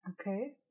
Okay